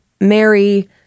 Mary